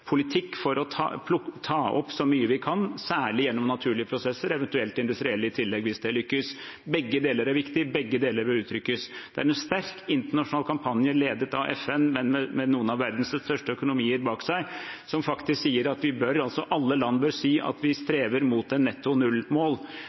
politikk for å ta opp så mye vi kan, særlig gjennom naturlige prosesser, eventuelt industrielle i tillegg, hvis det lykkes. Begge deler er viktig, begge deler bør uttrykkes. Det er en sterk internasjonal kampanje ledet av FN og med noen av verdens største økonomier bak seg, som faktisk sier at alle land bør si at vi